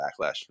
backlash